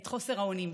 את חוסר האונים.